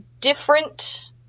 different